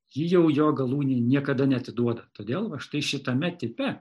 ji jau jo galūnei niekada neatiduoda todėl va štai šitame tipe